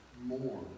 more